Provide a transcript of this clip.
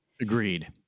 Agreed